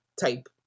type